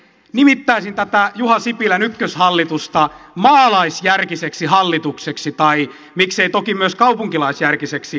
nimittäisin tätä juha sipilän ykköshallitusta maalaisjärkiseksi hallitukseksi tai miksei toki myös kaupunkilaisjärkiseksi hallitukseksi